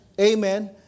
Amen